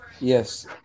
Yes